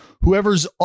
whoever's